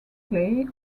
clay